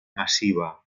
massiva